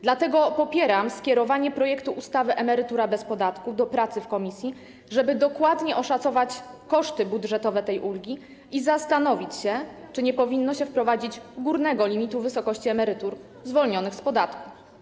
Dlatego popieram skierowanie projektu ustawy emerytura bez podatku do prac w komisji, żeby dokładnie oszacować koszty budżetowe tej ulgi i zastanowić się, czy nie powinno się wprowadzić górnego limitu wysokości emerytur zwolnionych z podatku.